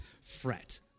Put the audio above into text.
fret